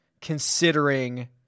considering